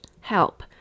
help